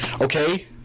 okay